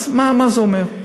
אז מה זה אומר?